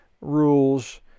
rules